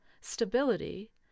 stability